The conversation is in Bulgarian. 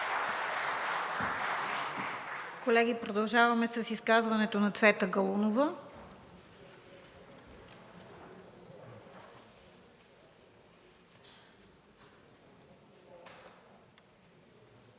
Колеги, продължаваме с изказването на Цвета Галунова.